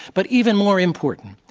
but even more importantly,